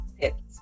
tips